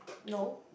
no